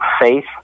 faith